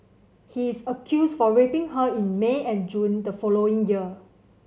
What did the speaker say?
he is accused for raping her in May and June the following year